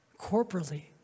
corporately